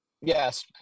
Yes